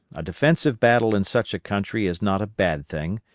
a defensive battle in such a country is not a bad thing,